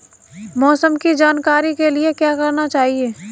मौसम की जानकारी के लिए क्या करना चाहिए?